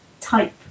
type